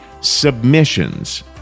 submissions